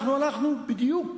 הלכנו בדיוק